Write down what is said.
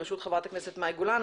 ברשות חברת הכנסת מאי גולן,